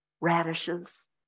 radishes